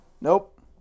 Nope